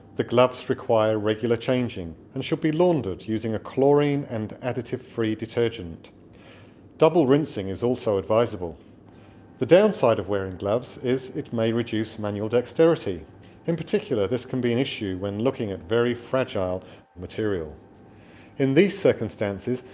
the gloves require regular changing and should be laundered using a chlorine and additive-free detergent double rinsing is also advisable the downside of wearing gloves is it may reduce manual dexterity in particular, this can be an issue when looking at very fragile material in these circumstances,